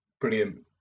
Brilliant